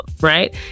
right